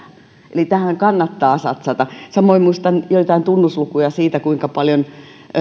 eli tähän kannattaa satsata samoin muistan joitain tunnuslukuja siitä kuinka paljon